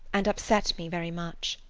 and upset me very much.